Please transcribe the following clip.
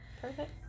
Perfect